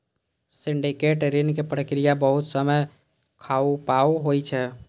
syndicate ऋण के प्रक्रिया बहुत समय खपाऊ होइ छै